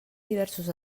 diversos